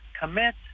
commit